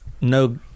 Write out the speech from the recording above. no